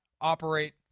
operate